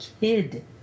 kid